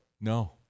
No